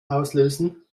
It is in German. auslösen